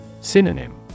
Synonym